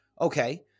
Okay